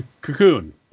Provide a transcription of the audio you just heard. cocoon